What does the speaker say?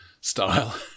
style